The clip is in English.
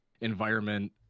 environment